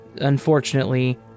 Unfortunately